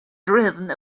driven